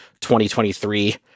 2023